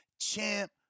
champ